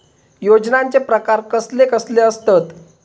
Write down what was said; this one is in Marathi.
योजनांचे प्रकार कसले कसले असतत?